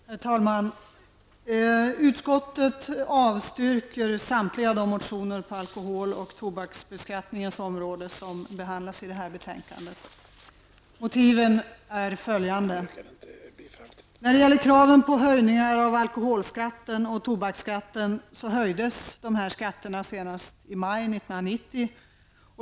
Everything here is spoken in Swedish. Herr talman! Utskottet avstyrker samtliga de motioner på alkohol och tobaksbeskattningens område som behandlas i detta betänkande. Motiven är följande: 1990.